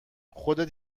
خودت